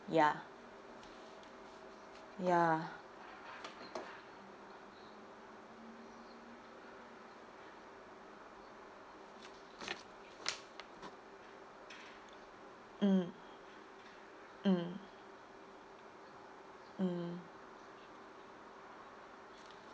ya ya mm mm mm